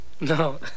No